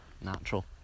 natural